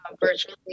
virtually